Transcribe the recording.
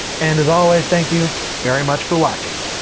and as always, thank you very much for watching.